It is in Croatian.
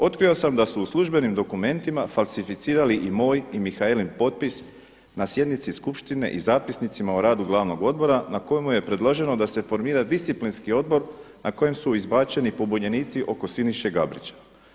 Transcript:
Otkrio sam da su u službenim dokumentima falsificirali i moj i Mihaelin potpis na sjednici skupštine i zapisnicima o radu glavnog odbora na kojemu je predloženo da se formira disciplinski odbor na kojem su izbačeni pobunjenici oko Siniše Gabrića.